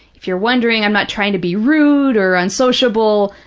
if you're wondering, i'm not trying to be rude or unsociable,